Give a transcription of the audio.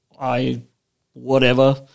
i-whatever